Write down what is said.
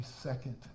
second